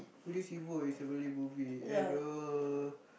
police evo is a Malay movie and uh